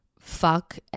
fuck